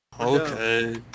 Okay